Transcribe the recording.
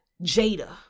Jada